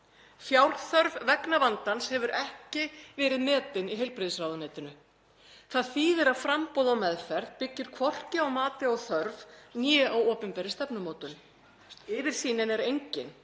Fjárþörf vegna vandans hefur ekki verið metin í heilbrigðisráðuneytinu. Það þýðir að framboð á meðferð byggir hvorki á mati á þörf né á opinberri stefnumótun. Yfirsýnin er engin.